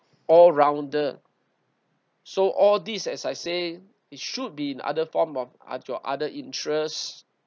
all rounder so all this as I say it should be in other form of your other interest